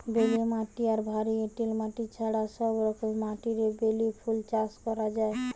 বেলে মাটি আর ভারী এঁটেল মাটি ছাড়া সব রকমের মাটিরে বেলি ফুল চাষ করা যায়